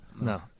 No